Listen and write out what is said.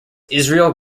israel